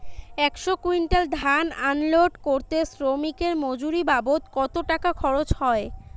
একশো কুইন্টাল ধান আনলোড করতে শ্রমিকের মজুরি বাবদ কত টাকা খরচ হয়?